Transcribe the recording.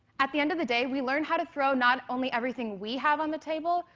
at the end of the day we learn how to throw not only everything we have on the table,